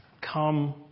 Come